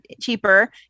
cheaper